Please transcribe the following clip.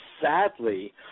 sadly